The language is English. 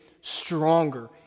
stronger